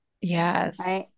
Yes